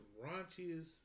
raunchiest